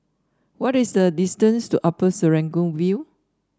what is the distance to Upper Serangoon View